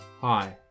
hi